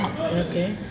Okay